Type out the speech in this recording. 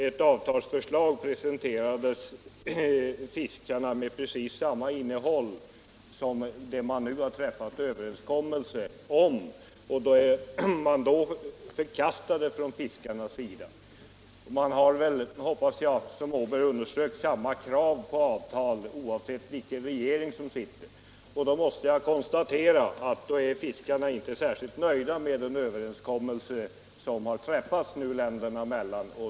Ett avtalsförslag presenterades ju fiskarna med precis samma innehåll som det man nu träffat överenskommelse om, men som alltså då förkastades. Jag hoppas att man, som herr Åberg underströk, har samma krav på avtal oavsett vilken regering som sitter vid makten. Jag måste alltså konstatera att fiskarna inte kan vara särskilt nöjda med den överenskommelse som nu träffats mellan länderna.